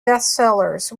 bestsellers